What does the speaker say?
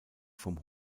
vom